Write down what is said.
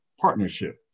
partnership